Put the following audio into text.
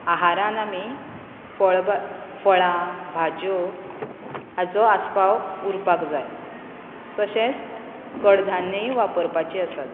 आहारान आमी फळ भ फळां भाजयो हाचो आस्पाव उरपाक जाय तशेंच कडधान्यय वापरपाची आसात